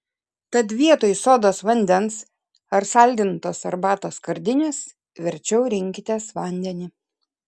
tad vietoj sodos vandens ar saldintos arbatos skardinės verčiau rinkitės vandenį